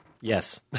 Yes